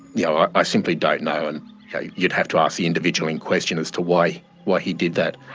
you know, i simply don't know and you'd have to ask the individual in question as to why, why he did that.